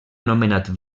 nomenat